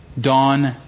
dawn